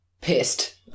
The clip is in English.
pissed